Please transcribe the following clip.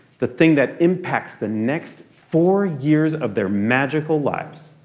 the thing that impacts the next four years of their magical lives.